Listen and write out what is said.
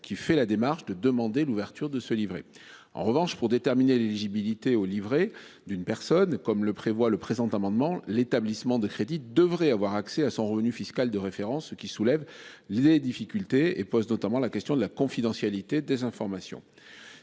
qui fait la démarche de demander l'ouverture de se livrer en revanche pour déterminer l'éligibilité au. D'une personne comme le prévoit le présent amendement l'établissement de crédit, devraient avoir accès à son revenu fiscal de référence qui soulève les difficultés et pose notamment la question de la confidentialité des informations.